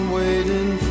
waiting